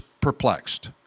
perplexed